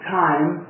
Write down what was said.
time